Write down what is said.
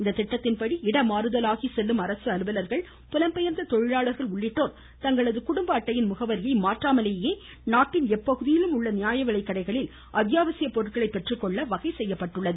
இத்திட்டத்தின்படி இடமாறுதல் ஆகி செல்லும் அரசு அலுவலர்கள் புலம்பெயர்ந்த தொழிலாளர்கள் உள்ளிட்டோர் தங்களது குடும்ப அட்டையின் மாற்றாமலேயே நாட்டின் முகவரியை எந்தப்பகுதியிலும் உள்ள நியாயவிலைக்கடைகளில் அத்தியாவசிய பொருட்களை பெற்றுக்கொள்ள வகை செய்யப்பட்டுள்ளது